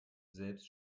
selbst